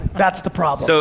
that's the problem. so